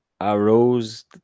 Arose